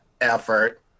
effort